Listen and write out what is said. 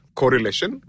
correlation